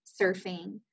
surfing